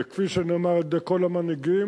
וכפי שנאמר על-ידי כל המנהיגים,